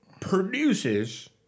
produces